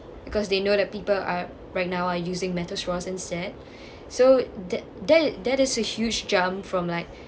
because they know that people are right now are using metal straws instead so tha~ tha~ that is a huge jump from like